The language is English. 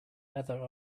leather